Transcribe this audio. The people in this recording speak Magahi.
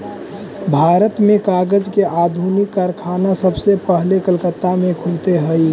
भारत में कागज के आधुनिक कारखाना सबसे पहले कलकत्ता में खुलले हलइ